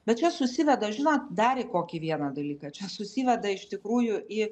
bet čia susiveda žinot dar į kokį vieną dalyką čia susiveda iš tikrųjų į